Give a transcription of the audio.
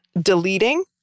deleting